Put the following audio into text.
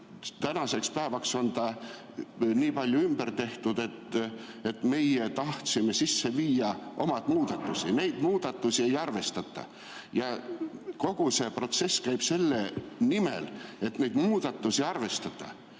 Tänaseks on seda aga nii palju ümber tehtud, et meie tahtsime sisse viia oma muudatused. Neid muudatusi aga ei arvestata. Ja kogu see protsess käib selle nimel, et neid muudatusi arvestataks.